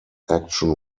action